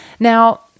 Now